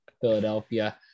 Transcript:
philadelphia